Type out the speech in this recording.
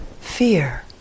fear